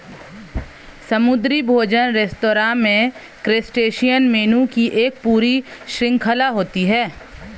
समुद्री भोजन रेस्तरां में क्रस्टेशियन मेनू की एक पूरी श्रृंखला होती है